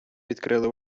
відкрили